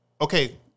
Okay